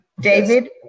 David